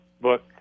book